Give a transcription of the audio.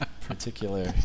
particular